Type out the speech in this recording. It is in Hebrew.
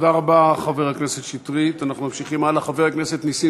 תודה רבה, חבר הכנסת שטרית.